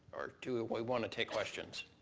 or do we want to take questions?